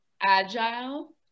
agile